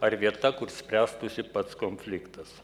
ar vieta kur spręstųsi pats konfliktas